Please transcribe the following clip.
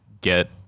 get